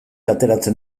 ateratzen